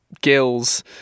gills